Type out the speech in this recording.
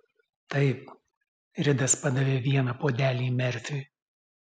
taip ridas padavė vieną puodelį merfiui